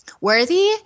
worthy